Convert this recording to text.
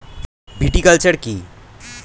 Viticulture কী?